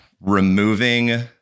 Removing